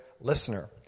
listener